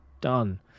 done